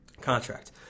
contract